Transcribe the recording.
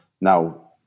Now